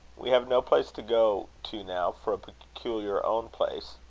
we have no place to go to now for a peculiar own place